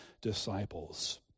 disciples